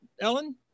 Ellen